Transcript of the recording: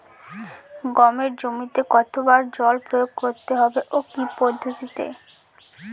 গমের জমিতে কতো বার জল প্রয়োগ করতে হবে ও কি পদ্ধতিতে?